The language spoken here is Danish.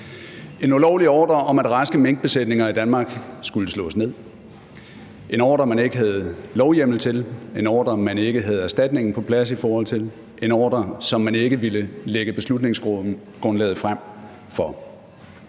En ulovlig ordre om, at raske minkbesætninger i Danmark skulle slås ned. En ordre, man ikke havde lovhjemmel til, en ordre, man ikke havde erstatningen på plads i forhold til, en ordre, som man ikke ville lægge beslutningsgrundlaget frem for.